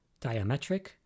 diametric